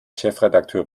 chefredakteur